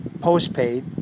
postpaid